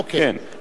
כן.